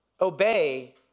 Obey